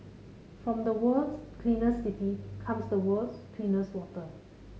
from the world's cleaner city comes the world's cleanest water